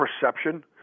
perception